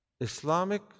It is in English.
Islamic